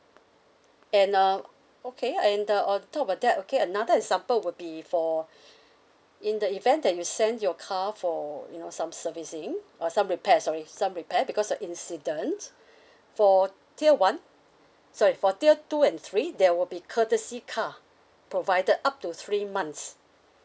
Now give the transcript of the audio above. and uh okay and uh on top of that okay another example will be for in the event that you send your car for you know some servicing or some repair sorry some repair because a incident for tier one sorry for tier two and three there will be courtesy car provided up to three months